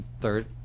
Third